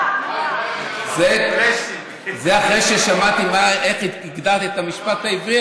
זה אחרי ששמעתי איך הגדרת את המשפט העברי,